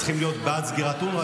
צריכים להיות בעד סגירת אונר"א,